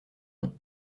nom